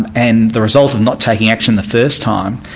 um and the result of not taking action the first time,